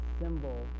symbol